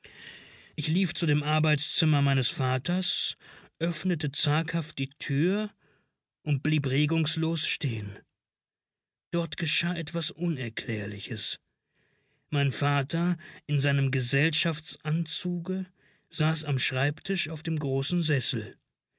ich lief zu dem arbeitszimmer meines vaters öffnete zaghaft die türe und blieb regungslos stehen dort geschah etwas unerklärliches mein vater in seinem gesellschaftsanzuge saß am schreibtisch auf dem großen sessel